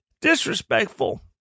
disrespectful